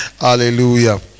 hallelujah